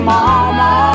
Mama